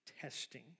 testing